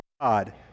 God